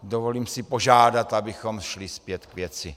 Dovolím si požádat, abychom šli zpět k věci.